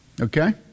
Okay